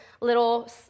little